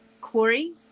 Corey